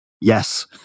Yes